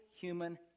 human